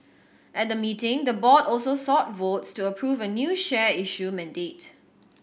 at the meeting the board also sought votes to approve a new share issue mandate